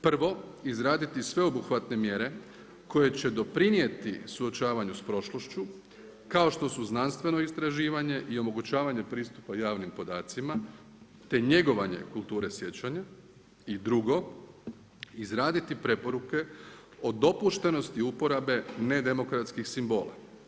Prvo, izraditi sveobuhvatne mjere koje će doprinijeti suočavanju s prošlošću kao što su znanstveno istraživanje i omogućavanje pristupa javnim podacima te njegovanje kulture sjećanja i drugo, izraditi preporuke o dopuštenosti uporabe nedemokratskih simbola.